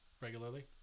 regularly